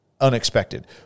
unexpected